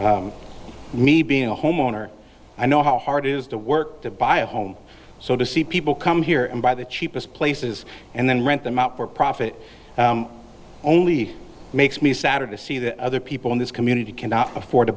community me being a homeowner i know how hard it is to work to buy a home so to see people come here and buy the cheapest places and then rent them out for profit only makes me sad to see that other people in this community cannot afford to